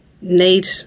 need